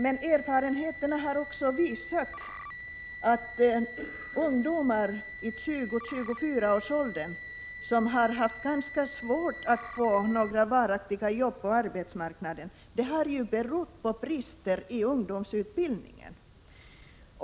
Men erfarenheterna har också visat att när ungdomar i 20-24-årsåldern haft svårt att få varaktiga jobb på arbetsmarknaden, har det berott på brister i ungdomsutbildningen.